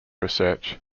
research